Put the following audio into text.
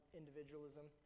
individualism